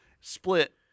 split